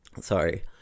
Sorry